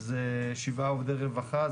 זה שבעה עובדי רווחה,